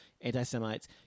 anti-Semites